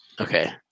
Okay